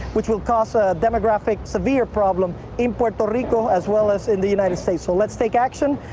which will cause a demographic, severe problem in puerto rico as well as in the united states. so let's take action.